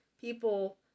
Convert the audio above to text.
people